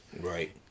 Right